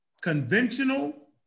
conventional